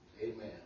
Amen